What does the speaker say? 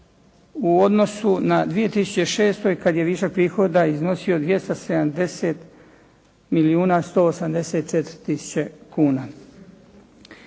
u odnosu na 2006. kada je višak prihoda iznosio 270 milijuna